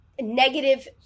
negative